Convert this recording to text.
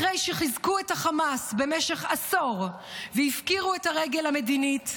אחרי שחיזקו את החמאס במשך עשור והפקירו את הרגל המדינית,